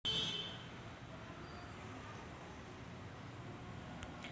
विद्यापीठे देखील संस्थात्मक उद्योजकतेखाली येतात का?